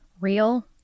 real